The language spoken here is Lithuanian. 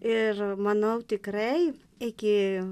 ir manau tikrai iki